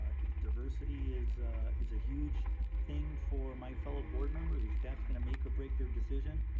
if diversity is is a huge thing for my fellow board members, if that's gonna make or break their decision,